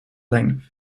length